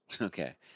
Okay